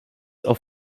auch